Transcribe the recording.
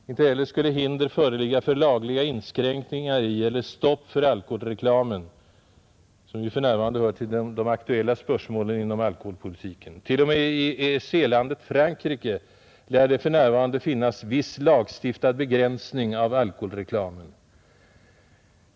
Inte heller skulle hinder föreligga för lagliga inskränkningar i eller stopp för alkoholreklamen, som för närvarande hör till de aktuella spörsmålen inom alkoholpolitiken. T.o.m. i EEC-landet Frankrike lär det för närvarande finnas viss lagstiftad begränsning av alkoholreklamen.